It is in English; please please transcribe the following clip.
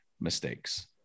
mistakes